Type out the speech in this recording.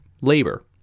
labor